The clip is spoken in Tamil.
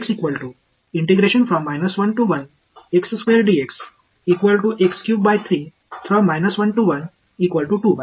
மாணவர்23 எனவே இந்த இரண்டு செயல்பாடுகளும் ஒன்றுக்கொன்று ஆர்த்தோகனல் அல்ல ஆனால் இந்த கிராம் ஷ்மிட் செயல்முறையை நான் பயன்படுத்துவதில் எந்த பிரச்சனையும் இல்லை